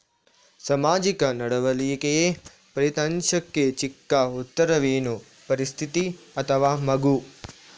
ಸಾಮಾಜಿಕ ನಡವಳಿಕೆಯ ಫಲಿತಾಂಶಕ್ಕೆ ಚಿಕ್ಕ ಉತ್ತರವೇನು? ಪರಿಸ್ಥಿತಿ ಅಥವಾ ಮಗು?